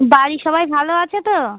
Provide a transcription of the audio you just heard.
বাড়ির সবাই ভালো আছে তো